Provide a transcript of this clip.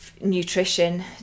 nutrition